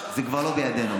זה כבר לא בידינו.